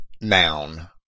noun